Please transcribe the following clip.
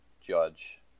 Judge